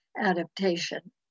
adaptation